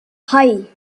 hei